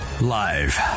Live